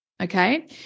Okay